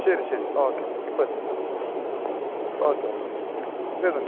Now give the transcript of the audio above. ശരി ശരി ഓക്കെ ഇപ്പോൾ എത്തും ഓക്കെ ഓക്കെ ശരി വരുന്നുണ്ട്